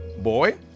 boy